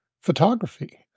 photography